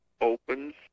opens